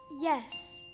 Yes